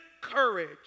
courage